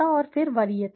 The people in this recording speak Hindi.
समानता और फिर वरीयता